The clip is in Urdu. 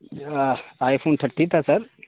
آئی فون تھرٹین تھا سر